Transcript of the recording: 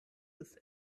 ist